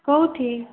କେଉଁଠି